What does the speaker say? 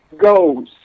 goes